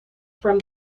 from